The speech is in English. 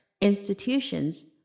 institutions